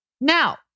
Now